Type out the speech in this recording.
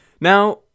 Now